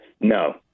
No